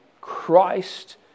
Christ